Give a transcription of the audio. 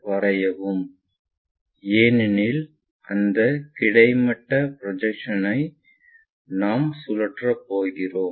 வரையவும் ஏனெனில் அந்த கிடைமட்டத்தை ப்ரொஜெக்ஷன்ஐ நாம் சுழற்றப் போகிறோம்